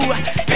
baby